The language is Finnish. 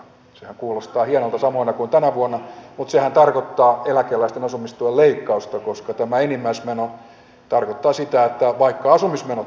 sehän kuulostaa hienolta samoina kuin tänä vuonna ja sehän tarkoittaa eläkeläisten asumistuen leikkausta koska tämä enimmäismeno tarkoittaa sitä että vaikka asumismenot